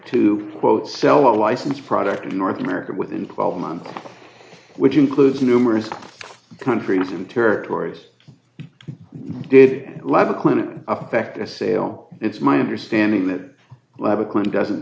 to quote sell a licensed product in north america within twelve months which includes numerous countries and territories did live a clinical effect a sale it's my understanding that